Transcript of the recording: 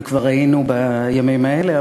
וכבר היינו בימים האלה.